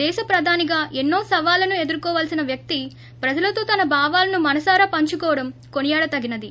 దేశ ప్రధానిగా ఎన్నో సవాళ్లను ఎదుర్కోవాల్పిన వ్యక్తి ప్రజలతో తన భావాలను మనసారా పంచుకోవడం కొనియాడతగినది